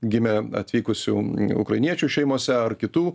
gimė atvykusių ukrainiečių šeimose ar kitų